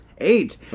Eight